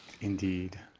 Indeed